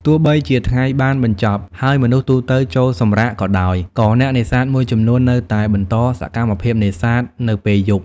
ទោះបីជាថ្ងៃបានបញ្ចប់ ហើយមនុស្សទូទៅចូលសម្រាកក៏ដោយ ក៏អ្នកនេសាទមួយចំនួននៅតែបន្តសកម្មភាពនេសាទនៅពេលយប់។